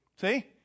See